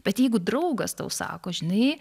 bet jeigu draugas tau sako žinai